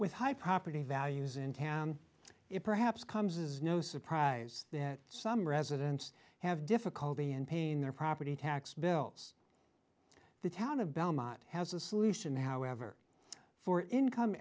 with high property values in town it perhaps comes as no surprise some residents have difficulty in paying their property tax bills the town of belmont has a solution however for income